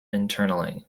internally